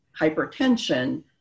hypertension